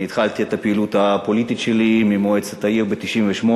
אני התחלתי את הפעילות הפוליטית שלי ממועצת העיר ב-1998.